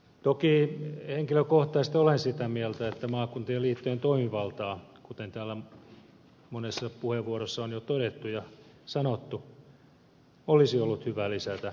toki henkilökohtaisesti olen sitä mieltä että maakuntien liittojen toimivaltaa kuten täällä monessa puheenvuorossa on jo todettu ja sanottu olisi ollut hyvä lisätä merkittävästikin enemmän